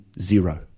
zero